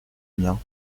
mien